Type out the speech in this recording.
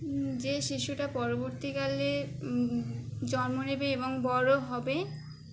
যে শিশুটা পরবর্তীকালে জন্ম নেবে এবং বড় হবে